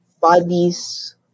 bodies